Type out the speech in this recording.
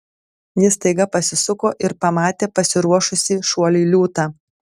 jis staiga pasisuko ir pamatė pasiruošusį šuoliui liūtą